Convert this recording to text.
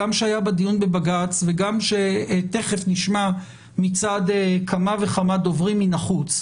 גם שהיה בדיון בבג"צ וגם שתיכף נשמע מצד כמה ו כמה דוברים מבחוץ,